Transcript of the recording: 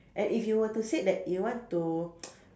and if you were to say that you want to